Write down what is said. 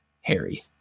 Harry